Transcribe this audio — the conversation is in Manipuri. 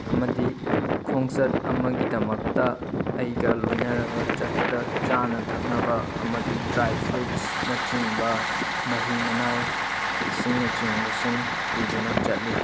ꯑꯃꯗꯤ ꯈꯣꯡꯆꯠ ꯑꯃꯒꯤꯗꯃꯛꯇ ꯑꯩꯒ ꯂꯣꯏꯅꯔꯒ ꯆꯠꯄꯗ ꯆꯥꯅ ꯊꯛꯅꯕ ꯑꯃꯗꯤ ꯗ꯭ꯔꯥꯏ ꯐ꯭ꯔꯨꯏꯠꯁꯅ ꯆꯤꯡꯕ ꯃꯍꯤ ꯃꯅꯥꯏ ꯏꯁꯤꯡꯅ ꯆꯤꯡꯕꯁꯤꯡ ꯄꯨꯗꯨꯅ ꯆꯠꯂꯤ